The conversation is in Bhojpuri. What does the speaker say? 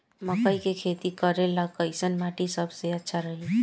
मकई के खेती करेला कैसन माटी सबसे अच्छा रही?